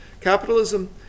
Capitalism